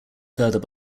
further